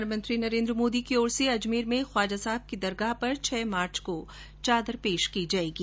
प्रधानमंत्री नरेंद्र मोदी की ओर से अजमेर में ख्वाजा साहब की दरगाह पर छह मार्च को चादर पेश की जाएगी